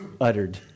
uttered